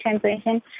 Translation